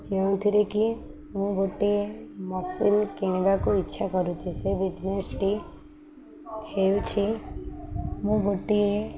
ଯେଉଁଥିରେ କିି ମୁଁ ଗୋଟିଏ ମେସିନ୍ କିଣିବାକୁ ଇଚ୍ଛା କରୁଚି ସେ ବିଜନେସ୍ଟି ହେଉଛି ମୁଁ ଗୋଟିଏ